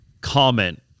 comment